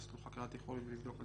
יכול לעשות לו חקירת יכולת ולבדוק,